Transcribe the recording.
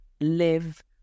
live